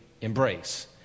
Embrace